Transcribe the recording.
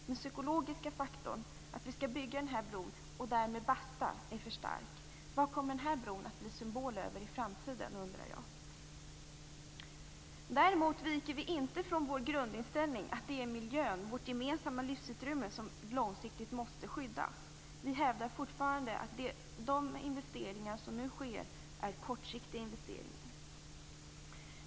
Den psykologiska faktorn är för stark: Vi skall bygga den här bron, och därmed basta. Vad kommer denna bro att bli symbol för i framtiden? Däremot viker vi inte från vår grundinställning att det är miljön, vårt gemensamma livsutrymme, som långsiktigt måste skyddas. Vi hävdar fortfarande att de investeringar som nu sker är kortsiktiga investeringar.